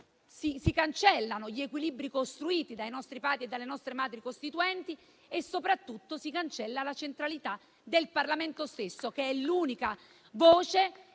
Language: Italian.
si cancellano gli equilibri costruiti dai nostri Padri e dalle nostre Madri costituenti e soprattutto si cancella la centralità del Parlamento stesso, che è l'unica voce